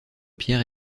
pierre